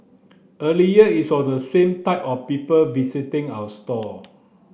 earlier it was the same type of people visiting our store